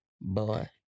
Boy